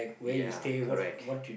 ya correct